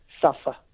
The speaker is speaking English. suffer